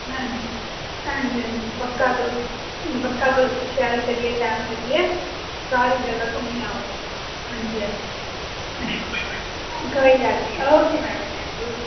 हां जी कोई गल्ल नीं कोई गल्ल नीं तुस अग्गे पिच्छे बी लोकें कन्नै करेओ साढ़े अखनूरै दे लोक बड़े चंगे कुसा कन्नै बी गल्ल करगे कुसै गी बी किश पुच्छगे ते सारें बड़ा मिट्ठे बोलना